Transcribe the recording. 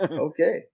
Okay